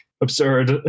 absurd